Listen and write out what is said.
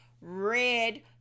red